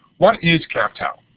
what is captel?